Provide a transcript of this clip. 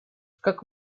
как